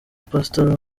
pastor